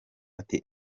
ati